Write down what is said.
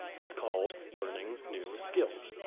it's called, learning new skills.